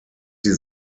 sie